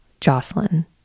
Jocelyn